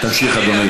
תמשיך, אדוני.